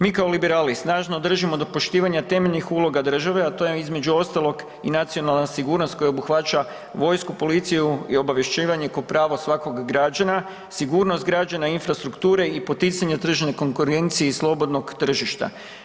Mi kao liberali snažno držimo do poštivanja temeljnih uloga države, a to je, između ostalog i nacionalna sigurnost koja obuhvaća vojsku, policiju i obavješćivanje kao prava svakog građana, sigurnost građana i infrastrukture i poticanje tržišne konkurencije i slobodnog tržišta.